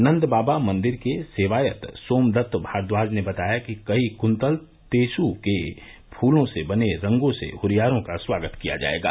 नंद बाबा मंदिर के सेवायत सोमदत्त भारद्वाज ने बताया कि कई कृतल टेसू के फूलों से बने रंगों से हुरियारों का स्वागत किया जायेगा